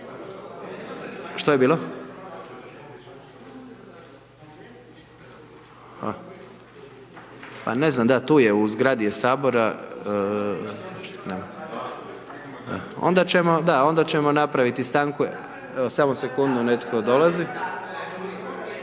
Što je bilo? Pa ne znam, da tu je u zgradi je sabora. Da, onda ćemo napraviti stanku, evo samo sekundu netko dolazi,